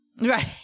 Right